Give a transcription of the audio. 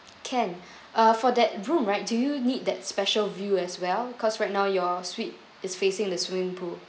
can uh for that room right do you need that special view as well cause right now your suite is facing the swimming pool